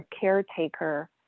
caretaker